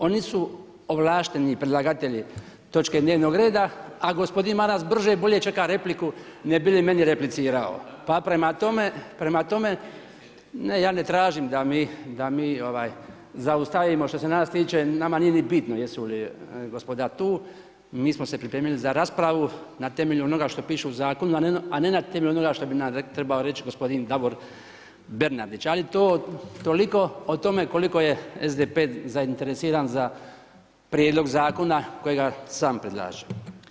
Oni su ovlašteni predlagatelji točke dnevnog reda, a gospodin Maras brže bolje čeka repliku ne bi li meni replicirao, pa prema tome … [[Upadica se ne čuje.]] Ne ja ne tražim da mi zaustavimo, što se nas tiče nama nije ni bitno jesu li gospoda tu, mi smo se pripremili za raspravu na temelju onoga što piše u zakonu, a ne na temelju onoga što bi nam trebao reći gospodin Davor Bernardić, ali to toliko o tome koliko je SDP zainteresiran za prijedlog zakona kojega sam predlaže.